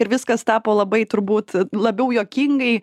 ir viskas tapo labai turbūt labiau juokingai